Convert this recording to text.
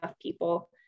people